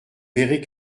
verrez